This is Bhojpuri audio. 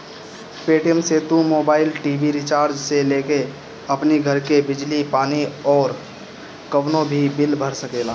पेटीएम से तू मोबाईल, टी.वी रिचार्ज से लेके अपनी घर के बिजली पानी अउरी कवनो भी बिल भर सकेला